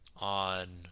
on